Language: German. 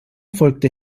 folgte